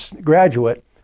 graduate